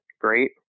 great